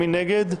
מי נגד?